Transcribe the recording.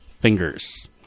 fingers